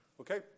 okay